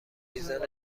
میزان